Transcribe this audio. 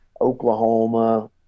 Oklahoma